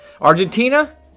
Argentina